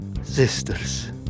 sisters